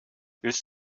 willst